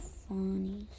funny